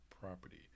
property